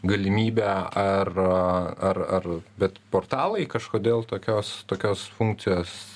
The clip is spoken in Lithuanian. galimybę ar ar ar bet portalai kažkodėl tokios tokios funkcijos